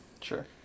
Sure